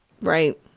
Right